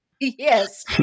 Yes